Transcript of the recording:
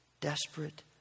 desperate